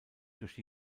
durch